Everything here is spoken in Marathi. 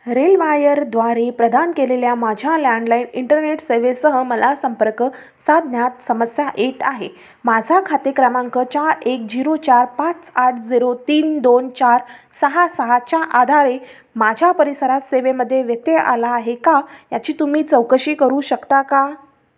रेलवायर द्वारे प्रदान केलेल्या माझ्या लँडलाईन इंटरनेट सेवेसह मला संपर्क साधण्यात समस्या येत आहे माझा खाते क्रमांक चार एक झिरो चार पाच आठ झिरो तीन दोन चार सहा सहाच्या आधारे माझ्या परिसरात सेवेमध्ये व्यत्यय आला आहे का याची तुम्ही चौकशी करू शकता का